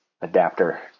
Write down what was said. adapter